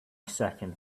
second